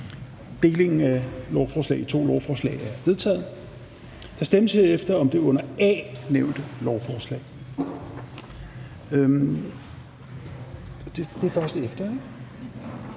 i to lovforslag er vedtaget. Der stemmes herefter om det under A nævnte lovforslag: